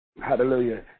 hallelujah